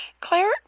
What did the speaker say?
Claire